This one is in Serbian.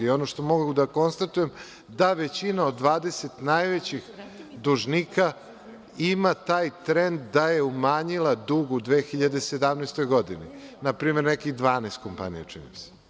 I, ono što mogu da konstatujem, da većina od 20 najvećih dužnika ima taj trend da je umanjila dug u 2017. godini, npr. nekih 12 kompanija, čini mi se.